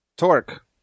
Torque